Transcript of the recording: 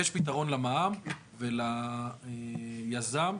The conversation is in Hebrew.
יש פתרון מע"מ וליזם,